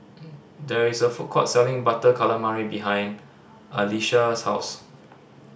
there is a food court selling Butter Calamari behind Alysha's house